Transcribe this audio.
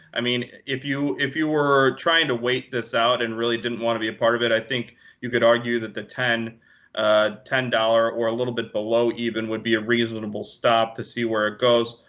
i mean, if you if you were trying to wait this out and really didn't want to be a part of it, i think you could argue that the ten ah ten dollars or a little bit below, even, would be a reasonable stop to see where it goes.